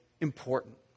important